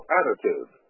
attitude